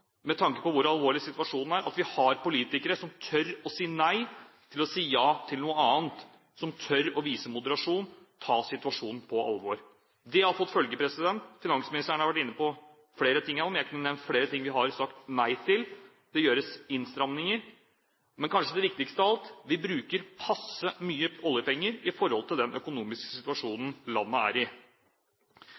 med tanke på hvor alvorlig situasjonen er, at vi har politikere som tør å si nei og som sier ja til noe annet, som tør å vise moderasjon, og som tar situasjonen på alvor. Det har fått følger. Finansministeren har vært inne på flere ting, og jeg kunne nevnt enda flere ting vi har sagt nei til. Det gjøres innstramminger, men kanskje det viktigste av alt: Vi bruker passe mye oljepenger i forhold til den økonomiske situasjonen landet er i.